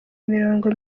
imirongo